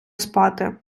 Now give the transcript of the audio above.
спати